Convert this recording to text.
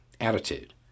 attitude